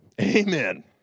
Amen